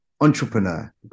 entrepreneur